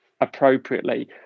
appropriately